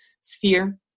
sphere